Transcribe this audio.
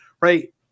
right